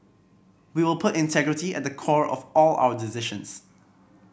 we will put integrity at the core of all our decisions